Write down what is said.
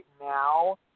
now